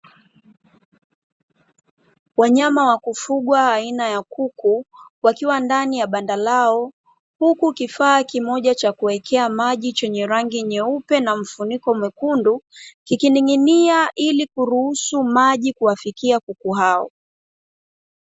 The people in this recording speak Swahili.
Wanyama wa kufugwa aina ya kuku wakiwa ndani ya banda lao, huku kifaa kimoja cha kuwekea maji chenye rangi nyeupe na mfuniko mwekundu, kikining'inia ili kuruhusu maji kuwafikia kuku hao.